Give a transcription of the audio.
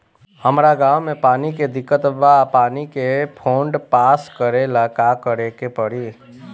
हमरा गॉव मे पानी के दिक्कत बा पानी के फोन्ड पास करेला का करे के पड़ी?